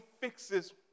fixes